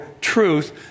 truth